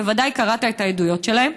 בוודאי קראת את העדויות שלהן,